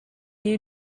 you